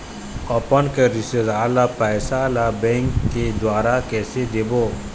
अपन के रिश्तेदार ला पैसा ला बैंक के द्वारा कैसे देबो?